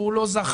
או שהוא לא זכר,